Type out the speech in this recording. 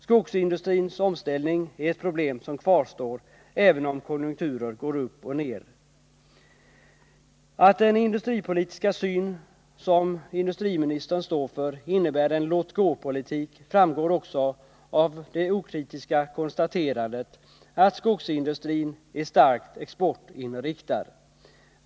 Skogsindustrins omställning är ett problem som kvarstår oavsett om konjunkturerna går upp eller ner. Att den industripolitiska syn som industriministern står för innebär en låt-gå-politik framgår också av det okritiska konstaterandet att skogsindustrin är starkt exportinriktad.